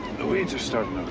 the weeds are starting